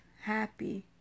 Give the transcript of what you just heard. happy